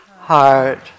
Heart